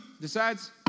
decides